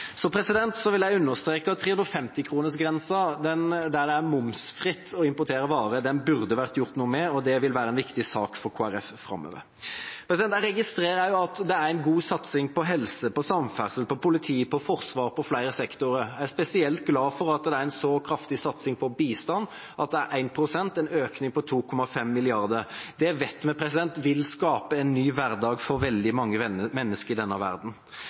Så vil jeg understreke at 350-kronersgrensen, grensen for når det er momsfritt å importere varer, burde vært gjort noe med, og det vil være en viktig sak for Kristelig Folkeparti framover. Jeg registrerer også at det er god satsing på helse, på samferdsel, på politi, på forsvar – på flere sektorer. Jeg er spesielt glad for at det er en så kraftig satsing på bistand – at det er 1 pst., en økning på 2,5 mrd. kr. Det vet vi vil skape en ny hverdag for veldig mange mennesker i denne verden.